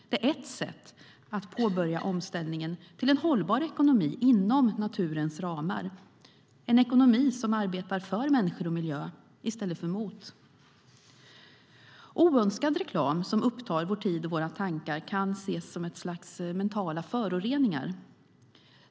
Det är ett sätt att påbörja omställningen till en hållbar ekonomi inom naturens ramar - en ekonomi som arbetar för människor och miljö i stället för mot. Oönskad reklam som upptar vår tid och våra tankar kan ses som ett slags mentala föroreningar.